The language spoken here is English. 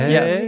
Yes